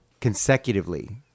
consecutively